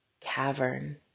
cavern